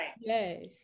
Yes